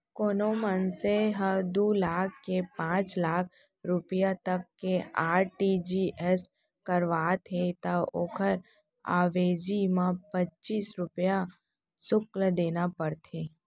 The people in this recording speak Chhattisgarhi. कोनों मनसे ह दू लाख ले पांच लाख रूपिया तक के आर.टी.जी.एस करावत हे त ओकर अवेजी म पच्चीस रूपया सुल्क देना परथे